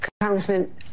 Congressman